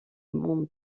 monde